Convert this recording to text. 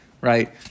right